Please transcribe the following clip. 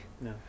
no